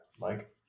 Mike